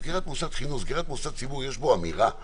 בסגירת מוסד ציבור יש אמירה,